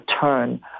turn